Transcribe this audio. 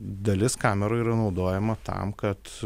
dalis kamerų yra naudojama tam kad